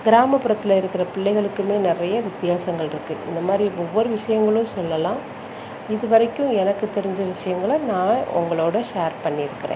கிராமபுரத்தில் இருக்கிற பிள்ளைகளுக்குமே நிறைய வித்தியாசங்கள் இருக்கு இந்தமாதிரி ஒவ்வொரு விஷயங்களும் சொல்லலாம் இது வரைக்கும் எனக்கு தெரிஞ்ச விஷயங்கள நான் உங்களோட ஷேர் பண்ணி இருக்கறேன்